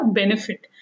benefit